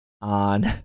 on